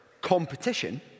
competition